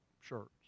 shirts